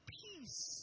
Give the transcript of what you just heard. peace